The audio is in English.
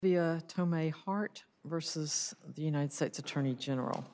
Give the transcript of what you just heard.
oh my heart versus the united states attorney general